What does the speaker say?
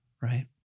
right